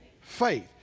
Faith